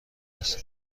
است